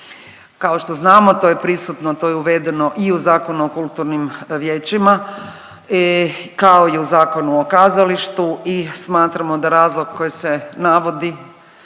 Kao što znamo to je prisutno, to je uvedeno i u Zakon o kulturnim vijećima kao i u Zakonu o kazalištu i smatramo da razlog koji se navodi